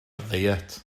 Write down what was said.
ddiet